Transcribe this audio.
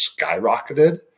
skyrocketed